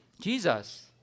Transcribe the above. Jesus